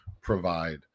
provide